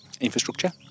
infrastructure